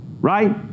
right